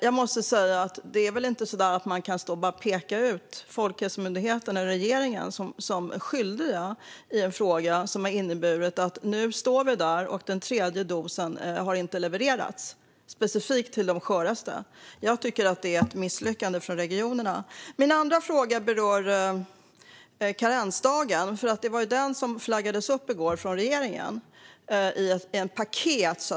Jag måste säga att man väl inte bara kan stå och peka på Folkhälsomyndigheten och regeringen som skyldiga i en situation som har inneburit att vi nu står här utan att den tredje dosen har levererats specifikt till de sköraste. Jag tycker att det är ett misslyckande från regionernas sida. Min andra fråga berör karensdagen, för det var den som flaggades från regeringen i går.